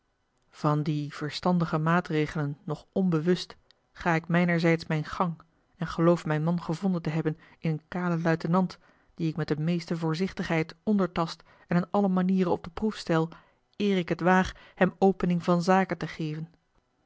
van die verstandige maatregelen nog onbewust ga ik mijnerzijds mijn gang en geloof mijn man gevonden te hebben in een kalen luitenant dien ik met de meeste voorzichtigheid ondertast en in alle manieren op de proef stel eer ik het waag hem opening van zaken te geven